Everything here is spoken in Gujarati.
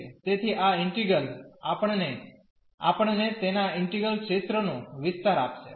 તેથી આ ઈન્ટિગ્રલ આપણને આપણને તેના ઈન્ટિગ્રલ ક્ષેત્રનો વિસ્તાર આપશે